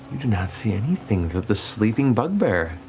you do not see anything but the sleeping bugbear.